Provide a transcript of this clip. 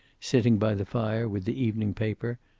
sitting by the fire with the evening paper.